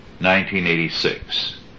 1986